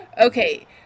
okay